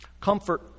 Comfort